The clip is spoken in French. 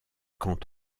camp